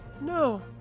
No